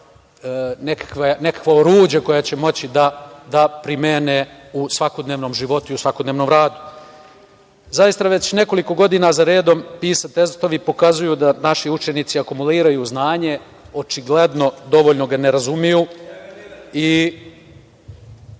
nekakvo oruđe koje će moći da primene u svakodnevnom životu i u svakodnevnom radu. Zaista, već nekoliko godina za radom PISA testovi pokazuju da naši učenici akumuliraju znanje. Očigledno dovoljno ga ne razumeju i